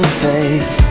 faith